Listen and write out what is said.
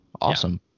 Awesome